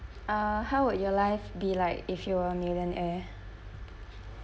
uh how would your life be like if you are a millionaire